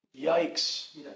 Yikes